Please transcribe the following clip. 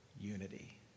unity